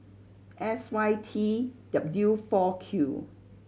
S Y T W four Q